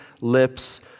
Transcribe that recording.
lips